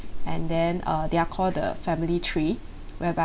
and then uh they are called the family tree whereby